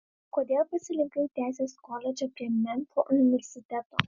kodėl pasirinkai teisės koledžą prie memfio universiteto